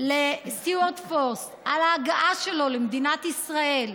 לסטיוארט פורס על ההגעה שלו למדינת ישראל,